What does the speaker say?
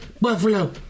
Buffalo